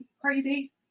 crazy